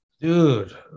dude